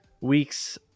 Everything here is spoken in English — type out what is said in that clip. week's